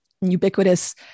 ubiquitous